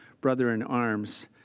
brother-in-arms